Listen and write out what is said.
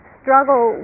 struggle